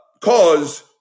cause